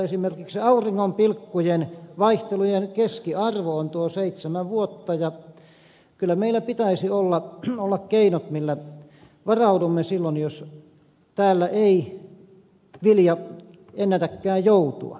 esimerkiksi auringonpilkkujen vaihtelun keskiarvo on tuo seitsemän vuotta ja kyllä meillä pitäisi olla keinot millä varaudumme silloin jos täällä ei vilja ennätäkään joutua